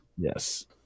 Yes